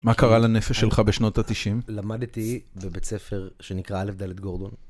מה קרה לנפש שלך בשנות ה-90? למדתי בבית ספר שנקרא א' ד' גורדון.